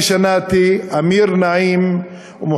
שכולכם שכחתם ולכבד את זכרם: שני תינוקות,